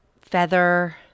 Feather